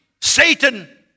Satan